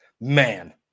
man